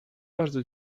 bardzo